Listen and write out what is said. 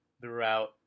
throughout